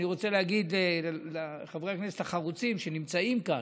אני רוצה לומר לחברי הכנסת החרוצים שנמצאים כאן: